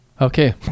Okay